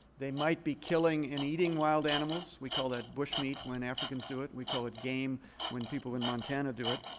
they might be killing and eating wild animals. we call that bushmeat when africans do it. we call it game when people in montana do it.